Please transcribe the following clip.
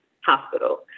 hospital